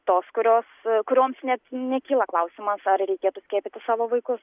tos kurios kurioms net nekyla klausimas ar reikėtų skiepyti savo vaikus